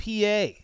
PA